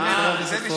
זה חבר הכנסת פורר.